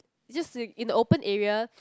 it's just in in the open area